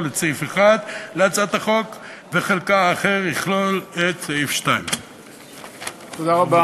את סעיף 1 להצעת החוק וחלקה האחר יכלול את סעיף 2. תודה רבה.